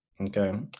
Okay